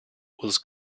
was